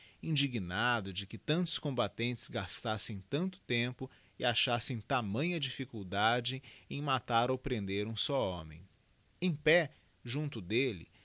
indignado de que tantos combatentes gastassem tanto tempo e achassem tamanha diíliculdade em matar ou prender um só homem em pé junto delle